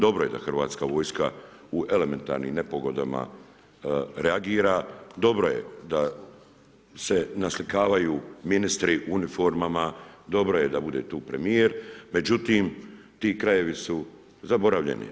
Dobro je da HV u elementarnim nepogodama reagira, dobro je da se naslikavaju ministri u uniformama, dobro je da bude tu premijer, međutim ti krajevi su zaboravljeni.